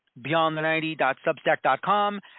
beyondthe90.substack.com